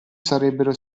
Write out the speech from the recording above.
sarebbero